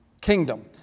kingdom